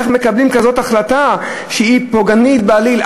איך מקבלים כזאת החלטה, שהיא פוגענית בעליל?